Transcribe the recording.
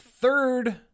third